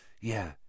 Yeah